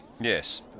Yes